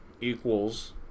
equals